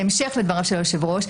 בהמשך לדבריו של היושב-ראש,